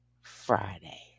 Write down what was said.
friday